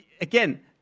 again